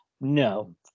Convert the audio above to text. no